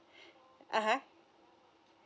(uh huh)